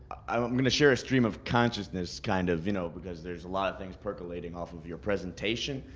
i'm gonna share a stream of consciousness, kind of, you know, because there's a lot of things percolating off of your presentation,